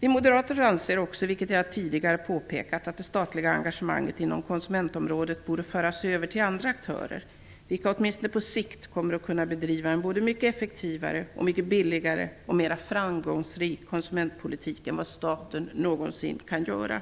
Vi moderater anser, vilket jag även tidigare påpekat, att det statliga engagemanget inom konsumentområdet borde föras över till andra aktörer. Dessa borde, åtminstone på sikt, kunna bedriva en mycket effektivare, billigare och mera framgångsrik konsumentpolitik än vad staten någonsin kan göra.